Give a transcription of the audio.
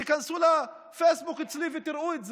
תיכנסו לפייסבוק אצלי ותראו את זה.